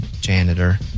janitor